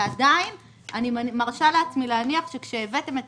ועדיין אני מרשה לעצמי להניח שכאשר הבאתם את